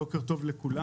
בוקר טוב לכולם,